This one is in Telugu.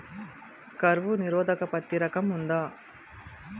కరువు నిరోధక పత్తి రకం ఉందా?